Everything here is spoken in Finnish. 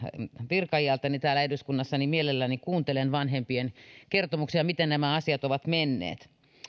virkaiältäni täällä eduskunnassa mielelläni kuuntelen vanhempien kertomuksia miten nämä asiat ovat menneet